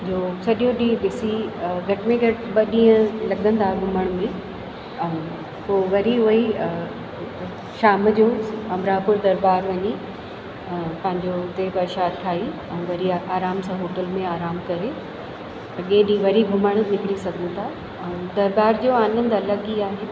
सॼो ॾींहुं ॾिसी घटि में घटि ॿ ॾींहं लॻंदा घुमण में ऐं पोइ वरी उहे ई शाम जो अमरापुर दरॿारि वञी पंहिंजो उते प्रसादु खाई ऐं वरी आराम सां होटल में आराम करे अॻे ॾींहुं वरी घुमणु निकिरी सघूं था ऐं दरॿारि जो आनंदु अलॻि ई आहे